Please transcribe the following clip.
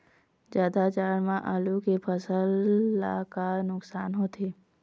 जादा जाड़ा म आलू के फसल ला का नुकसान होथे?